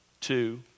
two